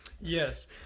Yes